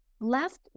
Left